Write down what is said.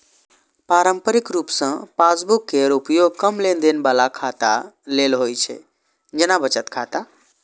पारंपरिक रूप सं पासबुक केर उपयोग कम लेनदेन बला खाता लेल होइ छै, जेना बचत खाता